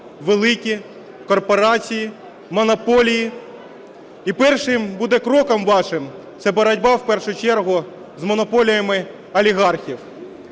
великі корпорації, монополії. І першим буде кроком вашим це боротьба в першу чергу з монополіями олігархів.